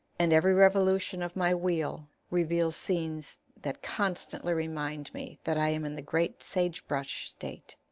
and every revolution of my wheel reveals scenes that constantly remind me that i am in the great sage-brush state.